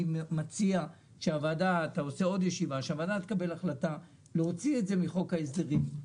ואני מציע שהוועדה תקבל החלטה להוציא את זה מחוק ההסדרים.